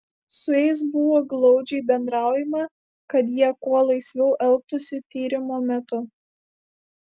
su jais buvo glaudžiai bendraujama kad jie kuo laisviau elgtųsi tyrimo metu